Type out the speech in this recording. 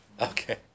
okay